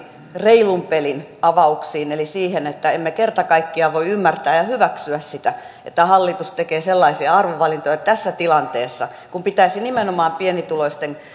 reilun pelin avauksiin eli siihen että emme kerta kaikkiaan voi ymmärtää ja hyväksyä sitä että hallitus tekee sellaisia arvovalintoja tässä tilanteessa kun pitäisi nimenomaan pienituloisten